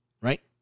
right